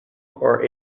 are